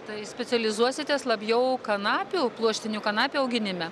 tai specializuositės labiau kanapių pluoštinių kanapių auginime